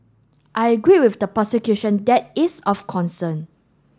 I agree with the prosecution that is of concern